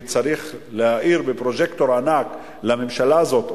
כי צריך להאיר בפרוז'קטור ענק לממשלה הזאת,